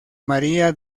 maria